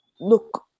look